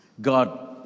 God